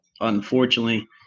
unfortunately